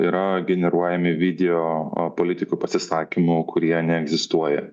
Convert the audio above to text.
yra generuojami video politikų pasisakymų kurie neegzistuoja